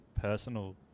personal